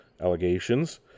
allegations